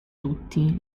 tutti